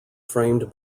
framed